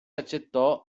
accettò